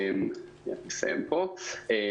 אני מנכ"ל ומייסד שותף ב-Jolt.